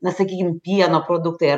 na sakykim pieno produktai ar